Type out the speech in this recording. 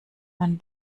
man